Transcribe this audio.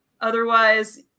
Otherwise